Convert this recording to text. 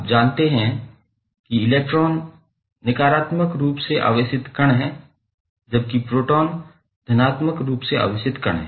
आप जानते हैं कि इलेक्ट्रॉन नकारात्मक रूप से आवेशित कण है जबकि प्रोटॉन धनात्मक रूप से आवेशित कण है